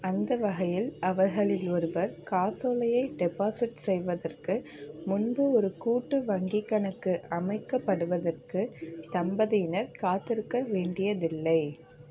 அந்த வகையில் அவர்களில் ஒருவர் காசோலையை டெபாசிட் செய்வதற்கு முன்பு ஒரு கூட்டு வங்கிக் கணக்கு அமைக்கப்படுவதற்கு தம்பதியினர் காத்திருக்க வேண்டியதில்லை